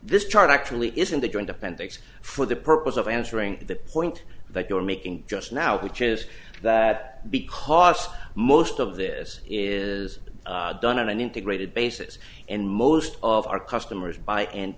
this chart actually is in the joint appendix for the purpose of answering the point that you were making just now which is that because most of this is done in an integrated basis and most of our customers buy end